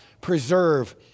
preserve